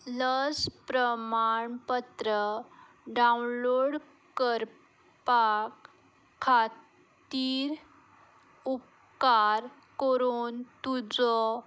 लस प्रमाणपत्र डावनलोड करपाक खातीर उपकार करून तुजो